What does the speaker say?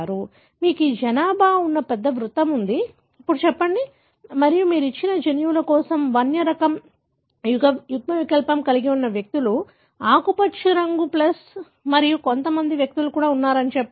కాబట్టి మీకు ఈ జనాభా ఉన్న పెద్ద వృత్తం ఉంది ఇప్పుడు చెప్పండి మరియు మీరు ఇచ్చిన జన్యువు కోసం వన్య రకం యుగ్మవికల్పం కలిగి ఉన్న వ్యక్తులు ఆకుపచ్చ రంగు ప్లస్ మరియు కొంతమంది వ్యక్తులు కూడా ఉన్నారని చెప్పండి